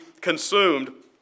consumed